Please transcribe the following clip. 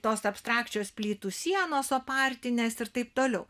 tos abstrakčios plytų sienos opartinės ir taip toliau